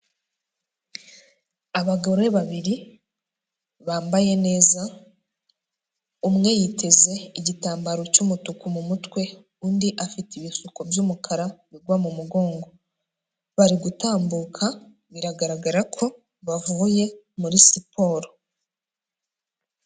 Abagore babiri bambaye neza umwe yiteze igitambaro cy'umutuku mu mutwe, undi afite ibisuko by'umukara bigwa mu mugongo. Bari gutambuka biragaragara ko bavuye muri siporo.